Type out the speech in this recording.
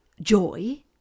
joy